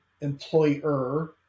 employer